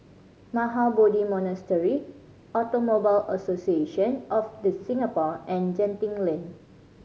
Mahabodhi Monastery Automobile Association of The Singapore and Genting Lane